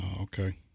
okay